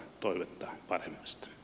toyota yaris